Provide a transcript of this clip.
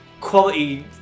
Quality